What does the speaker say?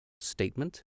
statement